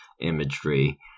imagery